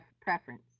preference